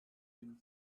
him